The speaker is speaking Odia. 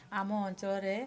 ଆମ ଅଞ୍ଚଳରେ